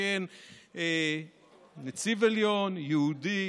שכן נציב עליון יהודי